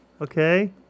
Okay